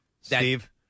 Steve